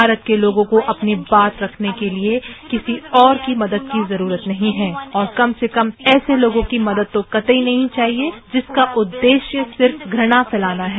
भारत के लोगों को अपनी बात रखने के लिए किसी और की मदद की जरूरत नहीं है और कम से कम ऐसे लोगों की मदद तो कतई नहीं चाहिए जिनका उद्देश्य सिर्फ घुणा फैलाना है